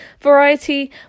variety